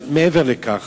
מעבר לכך,